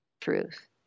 truth